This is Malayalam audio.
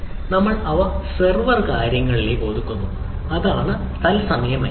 നമ്മൾ അവ സെർവർ കാര്യങ്ങളിലേക്ക് ഒതുക്കുന്നു അതാണ് തത്സമയ മൈഗ്രേഷൻ